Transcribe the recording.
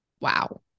Wow